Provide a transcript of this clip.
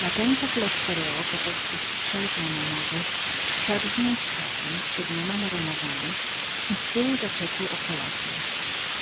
natenczas lettereo kazał spuścić szalupę na morze wsiadł w nią cichaczem z siedmioma majtkami i z tyłu zaczepił się o bryg